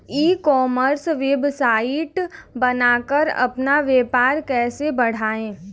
ई commerce website बनाकर अपना व्यापार कैसे बढ़ाएँ?